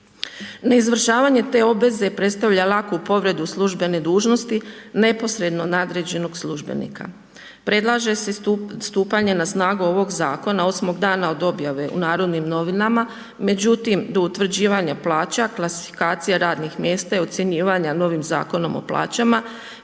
Ne izvršavanje te obveze, predstavlja laku povrede službene dužnosti neposredno nadređenog službenika. Predlaže se stupanje na snagu ovog zakona 8 dana od objave u Narodnim novinama, međutim, do utvrđivanja plaća, klasifikacija radnih mjesta i ocjenjivanje novim zakonom o plaćama,